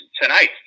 Tonight